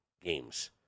games